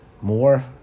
more